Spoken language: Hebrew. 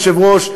היושב-ראש,